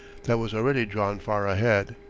that was already drawn far ahead.